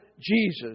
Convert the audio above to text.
Jesus